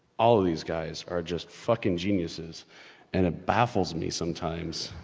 all of these guys are just fucking geniuses and it baffles me sometimes.